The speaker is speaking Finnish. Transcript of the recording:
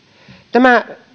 tämä